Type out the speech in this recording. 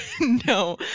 no